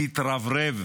להתרברב